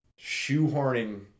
shoehorning